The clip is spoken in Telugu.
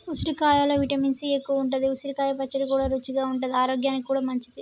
ఉసిరికాయలో విటమిన్ సి ఎక్కువుంటది, ఉసిరికాయ పచ్చడి కూడా రుచిగా ఉంటది ఆరోగ్యానికి కూడా మంచిది